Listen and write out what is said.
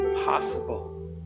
possible